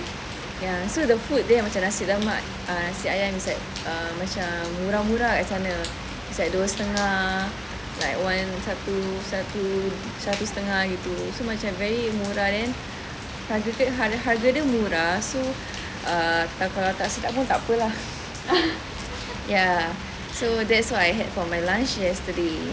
ya so the food there macam nasi lemak nasi ayam is like uh macam murah-murah kat sana it's like dua setengah like one satu satu satu setengah gitu so macam very murah then harga dia harga dia murah so err kalau tak sedap tak apa lah ya so that's what I had for my lunch yesterday